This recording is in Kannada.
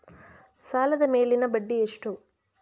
ಸಾಲದ ಮೇಲಿನ ಬಡ್ಡಿ ಎಷ್ಟು?